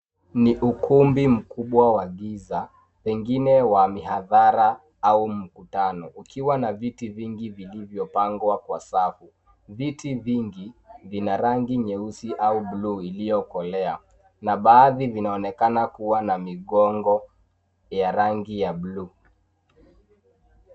Ni ukumbi mkubwa wa giza pengine wa mihadhara au mkutano ukiwa na viti vingi vilivyopangwa kwa safu. Viti vingi vina rangi nyeuis au blue iliokolea na baadhi vinaonekana kuwa na migongo ya rangi ya blue .